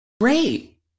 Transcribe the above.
Great